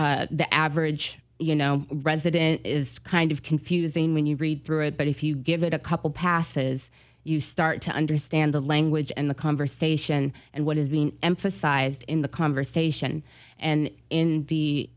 for the average you know resident is kind of confusing when you read through it but if you give it a couple passes you start to understand the language and the conversation and what is being emphasized in the conversation and in the